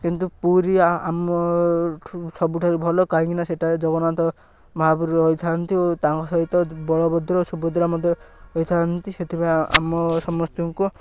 କିନ୍ତୁ ପୁରୀ ସବୁଠାରୁ ଭଲ କାହିଁକି ନା ସେଟାରେ ଜଗନ୍ନାଥ ମହାପ୍ରଭୁ ରହିଥାନ୍ତି ଓ ତାଙ୍କ ସହିତ ବଳଭଦ୍ର ଓ ସୁଭଦ୍ରା ମଧ୍ୟ ରହିଥାନ୍ତି ସେଥିପାଇଁ ଆମ ସମସ୍ତଙ୍କୁ